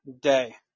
day